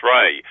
Ray